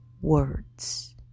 words